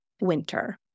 winter